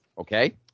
Okay